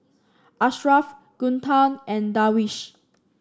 Ashraff Guntur and Darwish